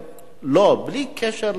בלי קשר לשום